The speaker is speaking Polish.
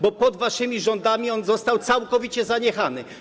Bo pod waszymi rządami on został całkowicie zaniechany.